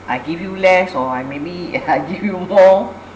I give you less or I maybe I you give you more